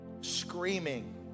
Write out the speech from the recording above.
screaming